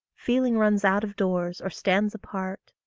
feeling runs out of doors, or stands apart!